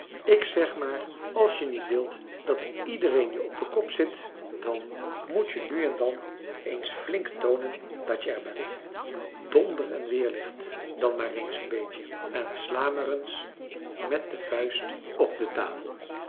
ik zeg maar als je niet wilt dat iedereen je op den kop zit dan moet je nu en dan eens flink toonen dat je er bent donder en weerlicht dan maar eens een beetje en sla maar eens met de vuist op de tafel